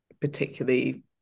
particularly